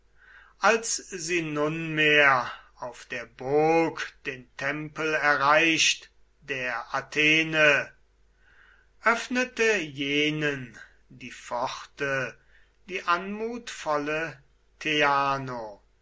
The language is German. als sie nunmehr auf der burg den tempel erreicht der athene öffnete jenen die pforte die anmutvolle